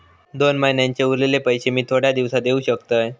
दोन महिन्यांचे उरलेले पैशे मी थोड्या दिवसा देव शकतय?